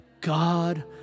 God